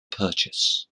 purchase